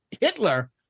Hitler